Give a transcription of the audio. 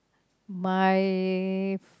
my